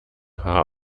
haar